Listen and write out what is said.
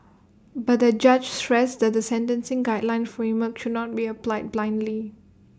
but the judge stressed that the sentencing guideline framework should not be applied blindly